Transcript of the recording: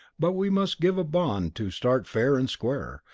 but we must give a bond to start fair and square,